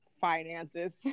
finances